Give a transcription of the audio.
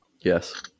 Yes